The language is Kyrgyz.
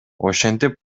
ошентип